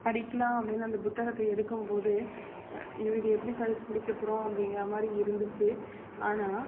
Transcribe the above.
படிக்கலான்னு அந்த புத்தகத்தை எடுக்கும்போது இது எப்படி படித்து முடிக்கப்போகிறோம் அப்படிங்கிறாமாரி இருந்துச்சு ஆனால்